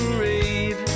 read